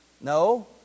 No